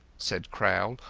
said crowl,